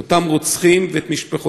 את אותם רוצחים ואת משפחותיהם,